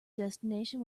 destination